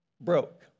broke